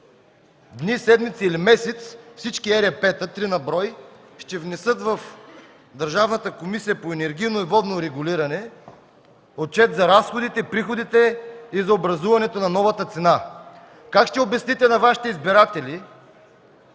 дни, седмици или месец всички ЕРП-та, три на брой, ще внесат в Държавната комисия за енергийно и водно регулиране отчет за разходите, приходите и за образуването на новата цена. Как ще обясните на Вашите избиратели,